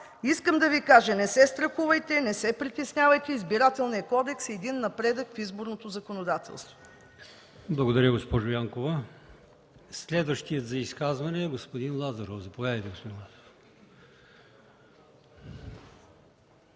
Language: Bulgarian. искам да Ви кажа: не се страхувайте, не се притеснявайте, Избирателният кодекс е напредък в изборното законодателство. ПРЕДСЕДАТЕЛ АЛИОСМАН ИМАМОВ: Благодаря, госпожо Янкова. Следващият за изказване е господин Лазаров. Заповядайте, господин Лазаров.